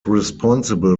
responsible